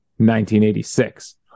1986